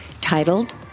titled